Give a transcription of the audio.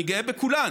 אני גאה בכולן,